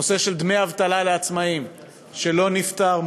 הנושא של דמי אבטלה לעצמאיים שלא נפתר,